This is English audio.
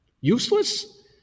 useless